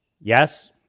Yes